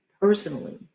personally